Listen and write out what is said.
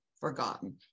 forgotten